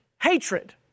hatred